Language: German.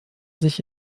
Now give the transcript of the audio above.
sich